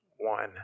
One